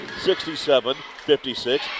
67-56